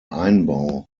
einbau